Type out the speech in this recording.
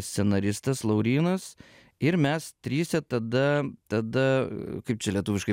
scenaristas laurynas ir mes trise tada tada kaip čia lietuviškai